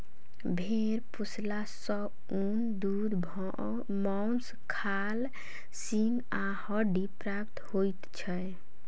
भेंड़ पोसला सॅ ऊन, दूध, मौंस, खाल, सींग आ हड्डी प्राप्त होइत छै